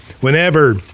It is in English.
whenever